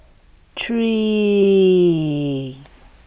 three